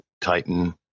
Titan